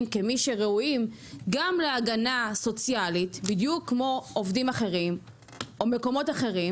כמי שראויים גם להגנה סוציאלית בדיוק כמו עובדים אחרים או מקומות אחרים